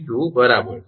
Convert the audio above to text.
392 બરાબર છે